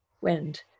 wind